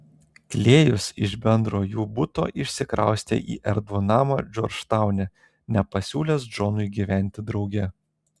klėjus iš bendro jų buto išsikraustė į erdvų namą džordžtaune nepasiūlęs džonui gyventi drauge